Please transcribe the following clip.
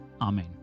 Amen